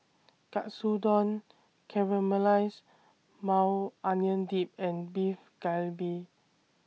Katsudon Caramelized Maui Onion Dip and Beef Galbi